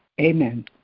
Amen